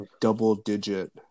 double-digit